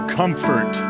comfort